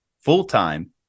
full-time